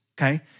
Okay